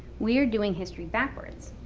we are doing history backwards.